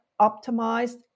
optimized